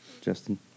Justin